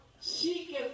seeketh